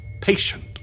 patient